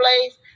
place